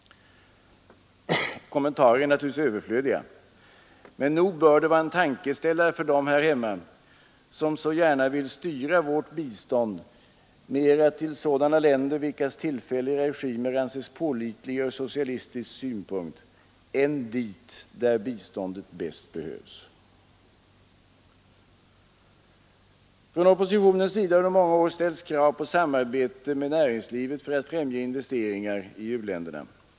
Kommentarer är överflödiga. Men nog bör det vara en tankeställare för dem här hemma, som så gärna vill styra vårt bistånd mera till sådana länder, vilkas tillfälliga regimer anses pålitliga från socialistisk synpunkt än dit där biståndet bäst behövs. Från oppositionens sida har under många år ställts krav på samarbete med näringslivet för att främja investeringar i u-länderna.